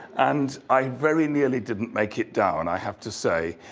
and i very nearly didn't make it down, i have to say.